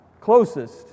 closest